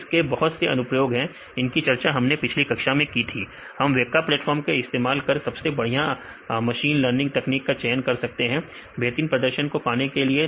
तो इसके बहुत से अनुप्रयोग हैं इनकी चर्चा हमने पिछली कक्षा में की थी हम वेका प्लेटफॉर्म का इस्तेमाल कर सबसे बढ़िया मशीन लर्निंग तकनीक का चयन कर सकते हैं बेहतरीन प्रदर्शन को पाने के लिए